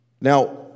Now